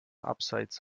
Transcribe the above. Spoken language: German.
abseits